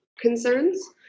concerns